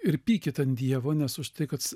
ir pykit ant dievo nes už tai kad